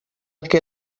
que